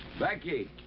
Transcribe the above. becky!